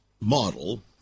model